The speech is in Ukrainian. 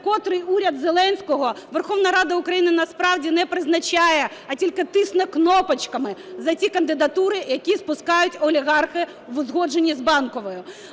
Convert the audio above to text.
котрий уряд Зеленського Верховна Рада України насправді не призначає, а тільки тисне кнопочками за ті кандидатури, які спускають олігархи в узгодженні з Банковою.